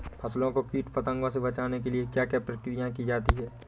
फसलों को कीट पतंगों से बचाने के लिए क्या क्या प्रकिर्या की जाती है?